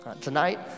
Tonight